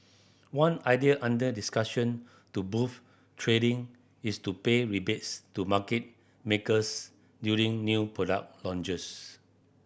one idea under discussion to boost trading is to pay rebates to market makers during new product launches